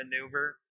maneuver